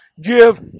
give